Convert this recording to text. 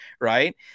right